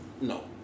No